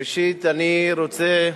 ראשית, אני רוצה,